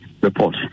report